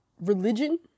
Religion